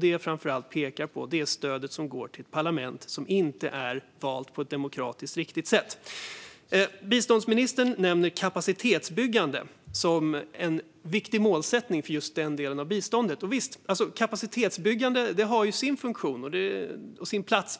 Det jag framför allt pekar på är stödet som går till ett parlament som inte är valt på ett demokratiskt riktigt sätt. Biståndsministern nämner kapacitetsbyggande som en viktig målsättning för just denna del av biståndet. Visst, kapacitetsbyggande har sin funktion och sin plats.